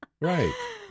right